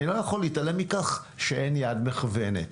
אני לא יכול להתעלם מכך שאין יד מכוונת.